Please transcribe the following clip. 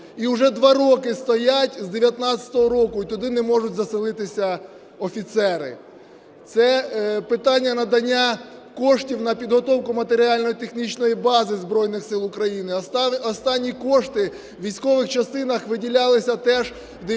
і вже два роки стоять з 19-го року і туди не можуть заселитися офіцери. Це питання надання коштів на підготовку матеріально-технічної бази Збройних Сил України. Останні кошти в військових частинах виділялися теж у 19-му